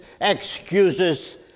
excuses